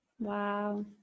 Wow